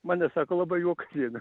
mane sako labai juokas ėmė